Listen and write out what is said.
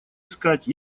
искать